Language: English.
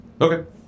Okay